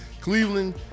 Cleveland